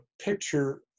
picture